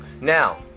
Now